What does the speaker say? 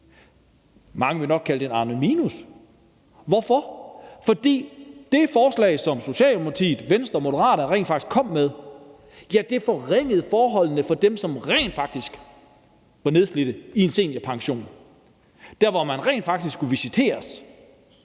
mange vil nok kalde det en Arneminus, og hvorfor det? Fordi det forslag, som Socialdemokratiet, Venstre og Moderaterne kom med, forringede forholdene for dem, som rent faktisk var nedslidte, i en seniorpension, altså der, hvor man rent faktisk skulle visiteres